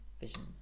vision